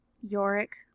yorick